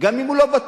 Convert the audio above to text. גם אם הוא לא בטוח,